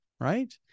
right